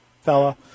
fella